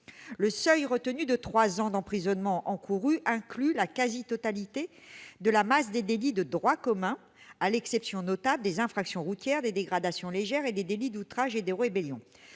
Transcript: Le seuil retenu de trois ans d'emprisonnement encourus inclut la quasi-totalité de la masse des délits de droit commun, à l'exception notable des infractions routières, des dégradations légères et des délits d'outrage et de rébellion.